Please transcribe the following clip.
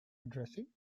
addressing